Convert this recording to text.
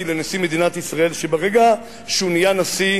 לנשיא מדינת ישראל שברגע שהוא נהיה נשיא,